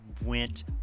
went